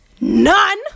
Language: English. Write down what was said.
none